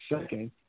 second